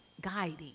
guiding